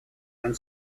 and